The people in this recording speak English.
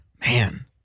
Man